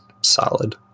solid